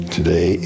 Today